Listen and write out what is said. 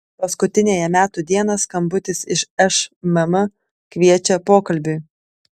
paskutiniąją metų dieną skambutis iš šmm kviečia pokalbiui